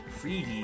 Freebie